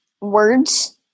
words